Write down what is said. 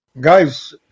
Guys